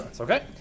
Okay